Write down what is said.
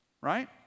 right